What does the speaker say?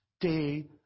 day